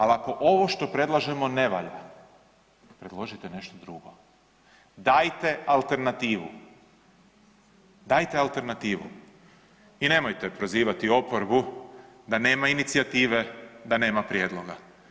Al ako ovo što predlažemo ne valja, predložite nešto drugo, dajte alternativu, dajte alternativu i nemojte prozivati oporbu da nema inicijative, da nema prijedloga.